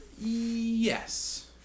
Yes